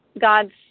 God's